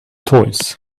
toys